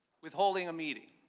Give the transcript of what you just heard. withholding a meeting,